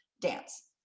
dance